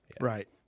Right